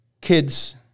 kids